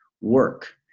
work